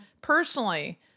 personally